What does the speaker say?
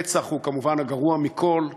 הרצח, כמובן, הוא הגרוע מכול.